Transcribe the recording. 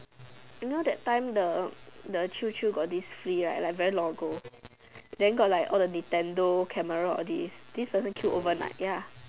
you know that time the the Qiu-Qiu got this flea right like very long ago then got like all the Nintendo camera all these these person queue overnight